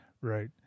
Right